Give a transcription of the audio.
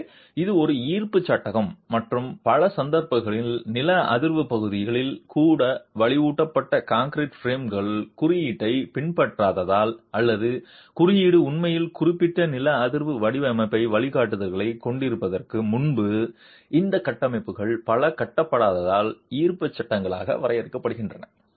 எனவே இது ஒரு ஈர்ப்பு சட்டகம் மற்றும் பல சந்தர்ப்பங்களில் நில அதிர்வு பகுதிகளில் கூட வலுவூட்டப்பட்ட கான்கிரீட் பிரேம்கள் குறியீட்டை பின்பற்றாததால் அல்லது குறியீடு உண்மையில் குறிப்பிட்ட நில அதிர்வு வடிவமைப்பு வழிகாட்டுதல்களைக் கொண்டிருப்பதற்கு முன்பு இந்த கட்டமைப்புகள் பல கட்டப்பட்டதால் ஈர்ப்பு சட்டங்களாக வரையறுக்கப்படுகின்றன